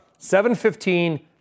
7.15